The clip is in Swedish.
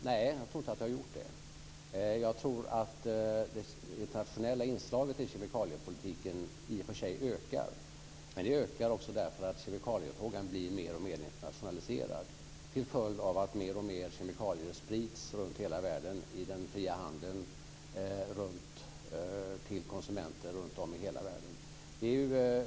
Fru talman! Det internationella kemikaliearbetet har tagit överhand, säger Patrik Norinder. Nej, jag tror inte det. Jag tror att det internationella inslaget i kemikaliepolitiken i och för sig ökar men det ökar också därför att kemikaliefrågan blir mer och mer internationaliserad till följd av att mer och mer av kemikalier sprids i den fria handeln till konsumenter runtom i hela världen.